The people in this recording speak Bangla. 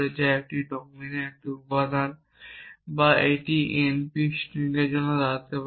যা একটি ডোমিনের একটি উপাদান বা এটি np স্ট্রিং এর জন্য দাঁড়াতে পারে